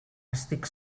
estic